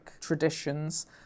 traditions